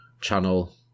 channel